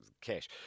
cash